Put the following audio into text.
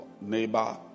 neighbor